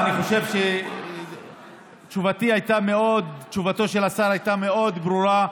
ואני חושב שתשובתו של השר הייתה מאוד ברורה,